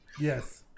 Yes